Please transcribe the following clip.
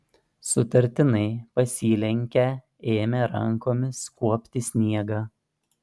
sutartinai pasilenkę ėmė rankomis kuopti sniegą